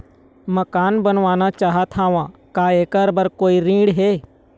मकान बनवाना चाहत हाव, का ऐकर बर कोई ऋण हे?